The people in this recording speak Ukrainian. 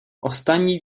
останній